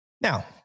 now